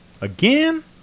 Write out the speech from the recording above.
Again